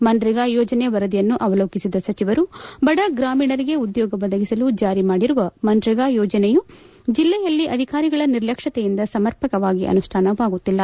ಮನ್ರೇಗಾ ಯೋಜನೆಯ ವರದಿಯನ್ನು ಅವಲೋಕಿಸಿದ ಸಚಿವರು ಬಡ ಗ್ರಾಮೀಣರಿಗೆ ಉದ್ಯೋಗ ಒದಗಿಸಲು ಜಾರಿ ಮಾಡಿರುವ ನರೇಗಾ ಯೋಜನೆಯು ಜಿಲ್ಲೆಯಲ್ಲಿ ಅಧಿಕಾರಿಗಳ ನಿರ್ಲಕ್ಷತೆಯಿಂದ ಸಮರ್ಪಕವಾಗಿ ಅನುಷ್ಠಾನವಾಗುತ್ತಿಲ್ಲ